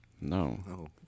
No